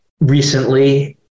recently